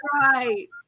right